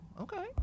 okay